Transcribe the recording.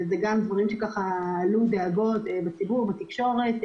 שגם עלו לגביה דאגות בציבור ובתקשורת,